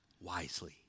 wisely